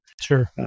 Sure